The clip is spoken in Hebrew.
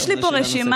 יש לי פה רשימה,